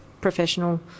professional